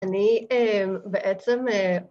אני בעצם